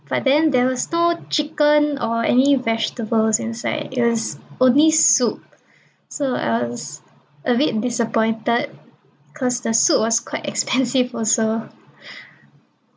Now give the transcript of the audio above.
but then there was no chicken or any vegetables inside it was only soup so I was a bit disappointed cause the soup was quite expensive also